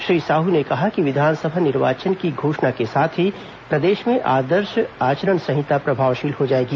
श्री साहू ने कहा कि विधानसभा निर्वाचन की घोषणा के साथ ही प्रदेश में आदर्श आचरण संहिता प्रभावशील हो जाएगी